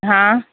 હા